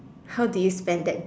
how do you spend that